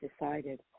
decided